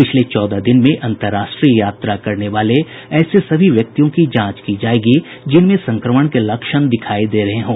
पिछले चौदह दिन में अंतर्राष्ट्रीय यात्रा करने वाले ऐसे सभी व्यक्तियों की जांच की जाएगी जिनमें संक्रमण के लक्षण दिखाई दे रहे हों